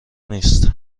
نیست